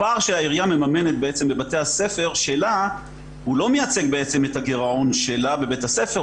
הפער שהעירייה מממנת בבתי הספר שלה לא מייצג את הגירעון שלה בבית הספר,